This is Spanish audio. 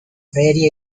feria